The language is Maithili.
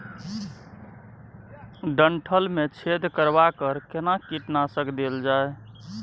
डंठल मे छेद करबा पर केना कीटनासक देल जाय?